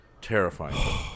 terrifying